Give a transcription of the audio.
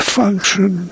function